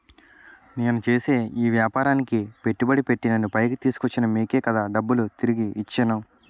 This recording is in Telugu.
నేను చేసే ఈ వ్యాపారానికి పెట్టుబడి పెట్టి నన్ను పైకి తీసుకొచ్చిన మీకే కదా డబ్బులు తిరిగి ఇచ్చేను